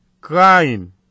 crying